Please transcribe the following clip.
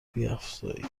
بیفزاییم